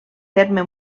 terme